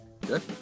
Good